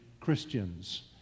Christians